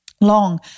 long